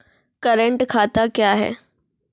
Current खाता क्या हैं?